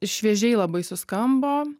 šviežiai labai suskambo